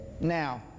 Now